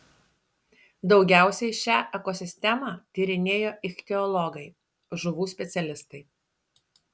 daugiausiai šią ekosistemą tyrinėjo ichtiologai žuvų specialistai